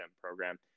program